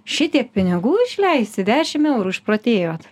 šitiek pinigų išleisi dešimt eurų išprotėjot